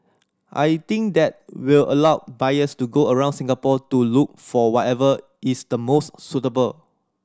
I think that will allow buyers to go around Singapore to look for whatever is the most suitable